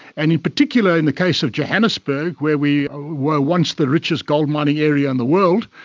and in particular in the case of johannesburg where we were once the richest goldmining area in the world,